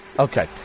Okay